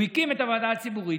הוא הקים את הוועדה הציבורית,